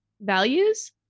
values